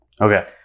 Okay